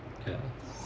yes